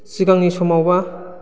सिगांनि समावब्ला